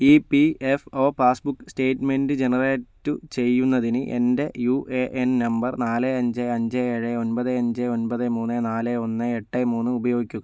EPFO passbook statement generate ചെയ്യുന്നതിന് എൻ്റെ UAN number നാല് അഞ്ച് അഞ്ച് ഏഴ് ഒൻപത് അഞ്ച് ഒൻപത് മൂന്ന് നാല് ഒന്ന് എട്ട് മൂന്ന് ഉപയോഗിക്കുക